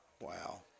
Wow